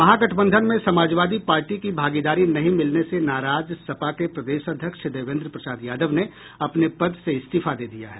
महागठबंधन में समाजवादी पार्टी की भागीदारी नहीं मिलने से नाराज सपा के प्रदेश अध्यक्ष देवेन्द्र प्रसाद यादव ने अपने पद से इस्तीफा दे दिया है